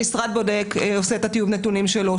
המשרד בודק ועושה את טיוב הנתונים שלו,